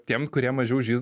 tiems kurie mažiau žįs